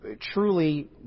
truly